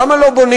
ולמה לא בונים?